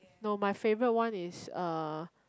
no my favourite one is uh